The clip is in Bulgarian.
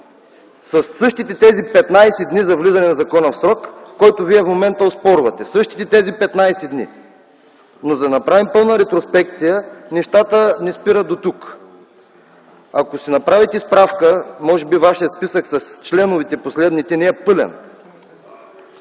Със същите тези 15 дни за влизане на закона в срок, който Вие в момента оспорвате. Същите тези 15 дни! Но за да направим пълна ретроспекция, нещата не спират дотук. Ако си направите справка, а може би вашият списък с последните членове не е пълен.